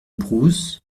brousse